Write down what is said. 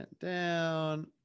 down